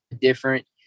different